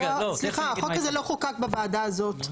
סליחה, החוק הזה לא חוקק בוועדה הזאת.